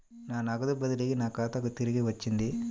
నా నగదు బదిలీ నా ఖాతాకు తిరిగి వచ్చింది